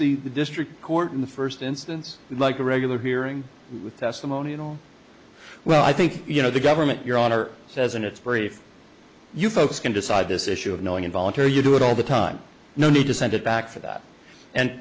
the district court in the first instance like a regular hearing with testimonial well i think you know the government your honor says in its brief you folks can decide this issue of knowing involuntary you do it all the time no need to send it back for that and